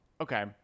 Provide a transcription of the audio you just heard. Okay